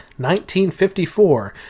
1954